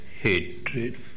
hatred